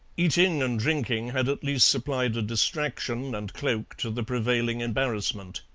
eating and drinking had at least supplied a distraction and cloak to the prevailing embarrassment.